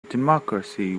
democracy